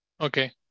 Okay